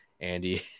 Andy